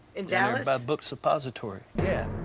in dallas? by book suppository, yeah.